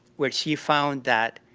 where she found that